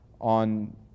on